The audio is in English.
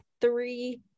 three